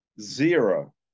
zero